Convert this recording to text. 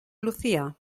lucía